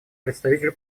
представителю